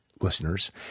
Listeners